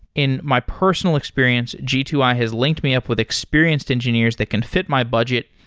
in my personal experience, g two i has linked me up with experienced engineers that can fit my budget,